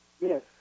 Yes